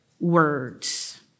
words